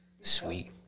Sweet